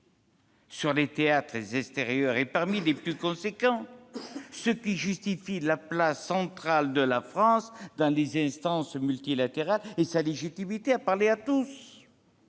sur les théâtres extérieurs est parmi les plus importants, ce qui justifie la place centrale de la France dans les instances multilatérales et sa légitimité à parler à tous.